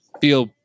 feel